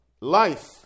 life